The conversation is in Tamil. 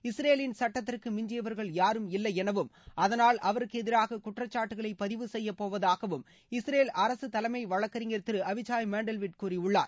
இஸ்ரேலின் சுட்டத்திற்கு மிஞ்சியவர்கள் யாரும் இல்லை எனவும் அதனால் அவருக்கு எதிராக குற்றச்சாட்டுகளை பதிவு செய்யப்போவதாகவும் இஸ்ரேல் அரசு தலைமை வழக்கறிஞர் திரு அவிச்சாய் மேன்டல்விட் கூறியுள்ளார்